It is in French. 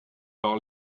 par